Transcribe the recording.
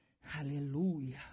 Hallelujah